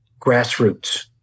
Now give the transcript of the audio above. Grassroots